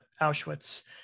auschwitz